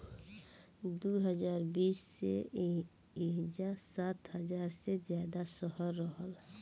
दू हज़ार बीस तक एइजा सात हज़ार से ज्यादा शहर रहल